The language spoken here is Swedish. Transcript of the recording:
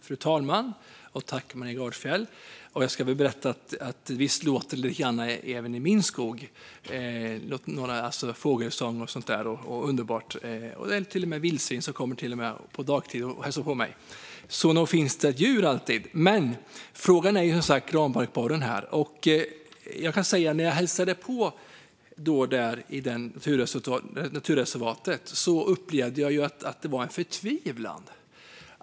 Fru talman! Visst låter det lite grann av fågelsång även i min skog - underbart! Det kommer till och med vildsvin på dagtid och hälsar på, så nog finns det djur alltid. Men nu gällde frågan som sagt granbarkborren. När jag hälsade på i det här naturreservatet upplevde jag att det fanns en förtvivlan.